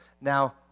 Now